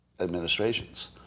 Administrations